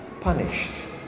punished